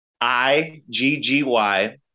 I-G-G-Y